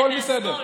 הכול בסדר,